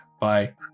Bye